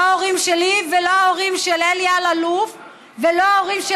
לא ההורים שלי ולא ההורים של אלי אלאלוף ולא ההורים של